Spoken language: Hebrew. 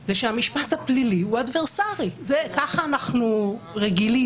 זה שהמשפט הפלילי הוא אדברסרי, ככה אנחנו רגילים.